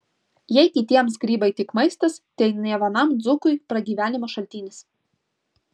jei kitiems grybai tik maistas tai ne vienam dzūkui pragyvenimo šaltinis